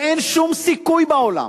אין שום סיכוי בעולם,